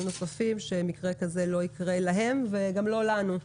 נוספים שמקרה כזה לא יקרה להם וגם לא לנו.